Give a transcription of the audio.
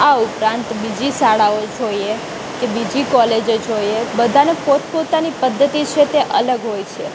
આ ઉપરાંત બીજી શાળાઓ જોઇએ કે બીજી કોલેજો જોઈએ બધાંનો પોતપોતાની પધ્ધતિ છે તે અલગ હોય છે